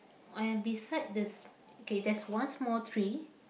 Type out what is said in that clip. and beside this okay there's one small tree